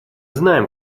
знаем